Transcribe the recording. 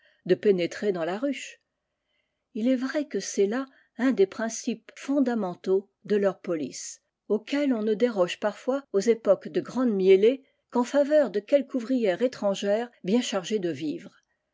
de pénétrer dans la ruche il est vrai que c'est là un des principes fondamentaux de leur police auquel on ne déroge p ois aux époques de grande miellée qu'en ft de quelque ouvrière étrangère bien cl e de vivres